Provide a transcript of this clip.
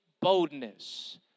boldness